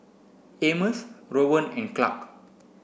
Amos Rowan and Clarke